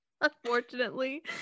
unfortunately